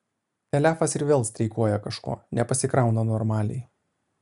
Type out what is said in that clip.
telefas ir vėl streikuoja kažko nepasikrauna normaliai